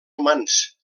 humans